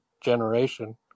generation